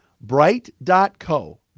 Bright.co